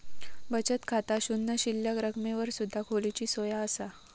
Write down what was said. बचत खाता शून्य शिल्लक रकमेवर सुद्धा खोलूची सोया असा